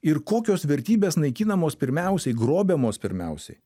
ir kokios vertybės naikinamos pirmiausiai grobiamos pirmiausiai